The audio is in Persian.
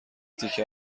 تکه